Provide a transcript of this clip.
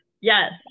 yes